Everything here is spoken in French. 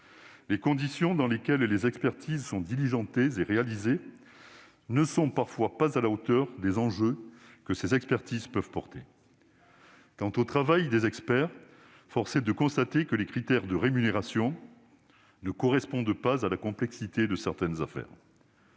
Les conditions dans lesquelles les expertises sont diligentées et réalisées ne sont parfois pas à la hauteur des enjeux que ces expertises peuvent soulever. Quant au travail des experts, force est de constater que les critères de rémunération ne correspondent pas à la complexité de certaines affaires.